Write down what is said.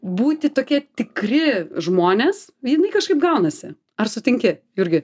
būti tokie tikri žmonės jinai kažkaip gaunasi ar sutinki jurgi